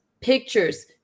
pictures